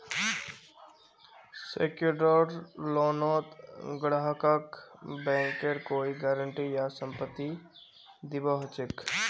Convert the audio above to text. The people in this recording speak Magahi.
सेक्योर्ड लोनत ग्राहकक बैंकेर कोई गारंटी या संपत्ति दीबा ह छेक